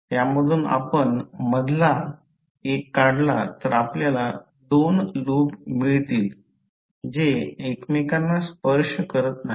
त्यामधून आपण मधला एक काढला तर आपल्याला दोन लूप मिळतील जे एकमेकांना स्पर्श करत नाही